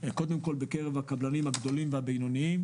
קודם כל בקרב הקבלנים הגדולים והבינוניים.